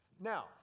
Now